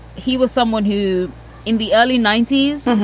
he was someone who in the early ninety s,